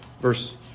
verse